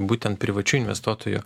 būtent privačių investuotojų